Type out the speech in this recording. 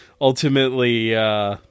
ultimately